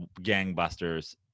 gangbusters